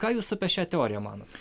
ką jūs apie šią teoriją manot